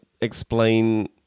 explain